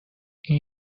این